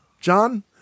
john